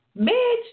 Bitch